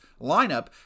lineup